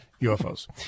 ufos